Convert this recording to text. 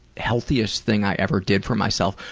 healthiest thing i ever did for myself.